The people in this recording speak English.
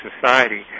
society